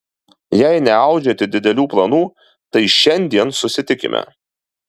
jei neaudžiate didelių planų tai šiandien susitikime